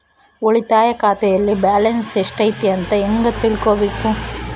ಉಳಿತಾಯ ಖಾತೆಯಲ್ಲಿ ಬ್ಯಾಲೆನ್ಸ್ ಎಷ್ಟೈತಿ ಅಂತ ಹೆಂಗ ತಿಳ್ಕೊಬೇಕು?